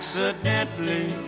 Accidentally